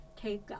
take